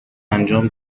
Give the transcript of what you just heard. انجام